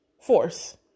force